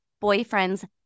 boyfriend's